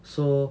so